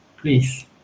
Please